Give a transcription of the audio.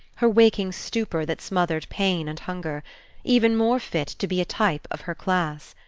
her waking stupor that smothered pain and hunger even more fit to be a type of her class.